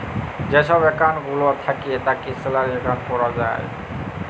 যে ছব একাউল্ট গুলা থ্যাকে তাকে স্যালারি একাউল্ট ক্যরা যায়